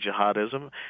jihadism